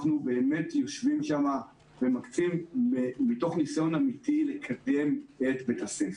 אנחנו באמת מקצים מתוך ניסיון אמיתי לקדם את בית הספר,